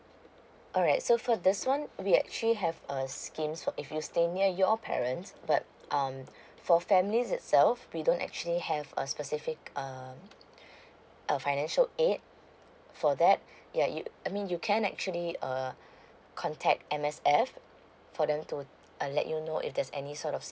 alright so for this one we actually have a scheme for if you stay near your parents but um for families itself we don't actually have a specific um uh financial aid for that yeah you I mean you can actually uh contact M_S_F for them to let you know if there's any sort of